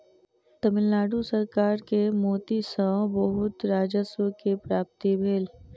तमिल नाडु सरकार के मोती सॅ बहुत राजस्व के प्राप्ति भेल